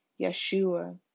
Yeshua